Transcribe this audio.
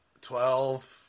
Twelve